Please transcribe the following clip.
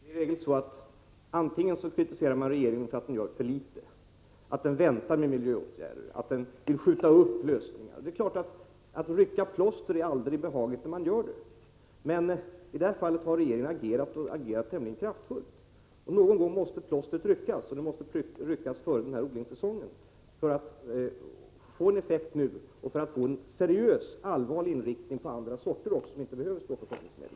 Herr talman! Det är i regel så att man kritiserar regeringen för att den gör för litet, att den väntar med miljöåtgärder, att den vill skjuta upp lösningar. Det är klart att det aldrig är behagligt att rycka plåster, när man gör det. Men i det här fallet har regeringen agerat och agerat tämligen kraftfullt. Någon gång måste plåstret ryckas, och det måste ryckas före den här odlingssäsongen för att åtgärden skall få en effekt nu och för att den skall få en seriös och allvarlig inriktning också med tanke på sorter som inte behöver stråförkortningsmedel.